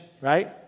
right